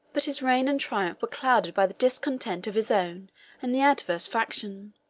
but his reign and triumph were clouded by the discontent of his own and the adverse faction.